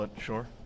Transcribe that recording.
sure